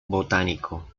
botánico